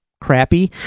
crappy